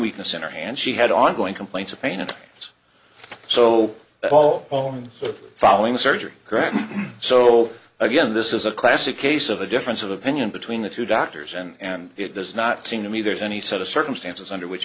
weakness in her hand she had ongoing complaints of pain and it's so all on following surgery graham so again this is a classic case of a difference of opinion between the two doctors and it does not seem to me there's any set of circumstances under which